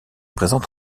présente